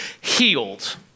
healed